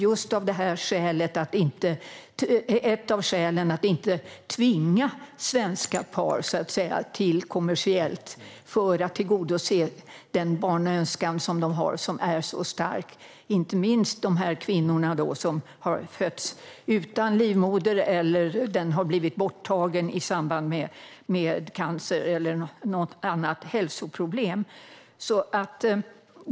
Ett av skälen var att man inte ville tvinga svenska par att utnyttja kommersiellt värdmoderskap för att tillgodose sin starka barnönskan. Barnönskan är stark inte minst hos de kvinnor som har fötts utan livmoder eller som har fått livmodern borttagen i samband med cancer eller något annat hälsoproblem.